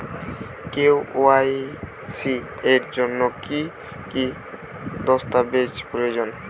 KYC এর জন্যে কি কি দস্তাবেজ প্রয়োজন?